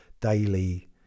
daily